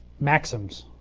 maxims.